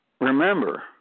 remember